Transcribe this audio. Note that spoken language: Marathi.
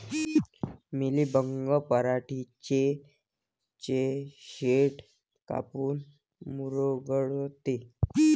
मिलीबग पराटीचे चे शेंडे काऊन मुरगळते?